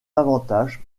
avantages